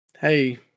hey